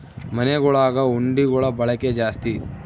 ಮನೆಗುಳಗ ಹುಂಡಿಗುಳ ಬಳಕೆ ಜಾಸ್ತಿ